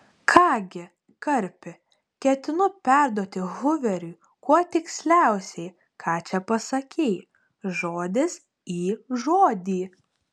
ką gi karpi ketinu perduoti huveriui kuo tiksliausiai ką čia pasakei žodis į žodį